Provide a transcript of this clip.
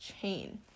chain